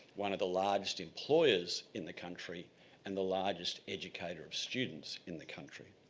one of the largest employers in the country and the largest educator of students in the country.